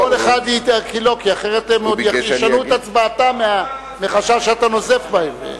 כי אחרת הם עוד ישנו את הצבעתם מחשש שאתה נוזף בהם.